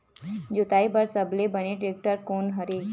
जोताई बर सबले बने टेक्टर कोन हरे?